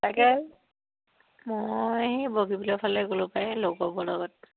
তাকে মই সেই বগীবিলৰ ফালে গ'লো পাই লগৰবোৰৰ লগত